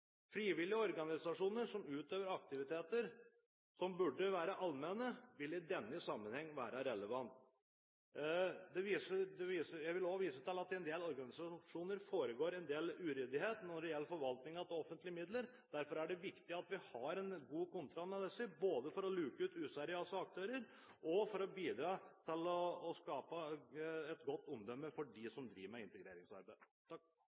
Frivillige organisasjoner som utøver aktiviteter som burde være allmenne, vil i denne sammenheng være relevante. Jeg vil også vise til at det i en del organisasjoner foregår en del uryddighet når det gjelder forvaltning av offentlige midler. Derfor er det viktig at vi har en god kontroll med disse, både for å luke ut useriøse aktører og for å bidra til å skape et godt omdømme for